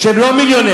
שהם לא מיליונרים,